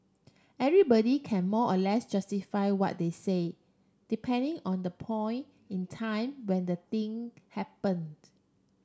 everybody can more or less justify what they say depending on the point in time when the thing happened